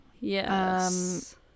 Yes